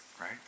Right